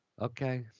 Okay